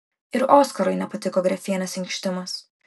ir oskarui nepatiko grefienės inkštimas